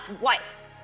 wife